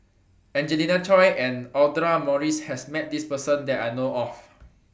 Angelina Choy and Audra Morrice has Met This Person that I know of